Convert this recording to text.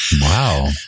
Wow